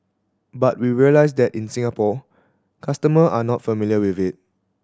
but we realise that in Singapore customer are not familiar with it